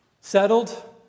settled